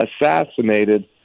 assassinated